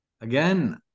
again